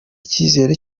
icyizere